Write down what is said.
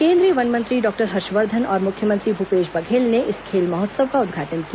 केंद्रीय वन मंत्री डॉक्टर हर्षवर्धन और मुख्यमंत्री भूपेश बघेल ने खेल महोत्सव का उद्घाटन किया